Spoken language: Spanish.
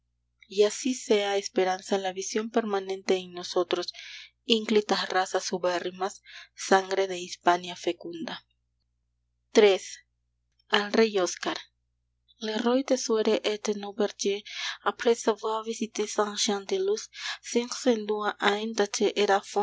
y así sea esperanza la visión permanente en nosotros inclitas razas ubérrimas sangre de hispania fecunda iii al rey oscar le roi de sude et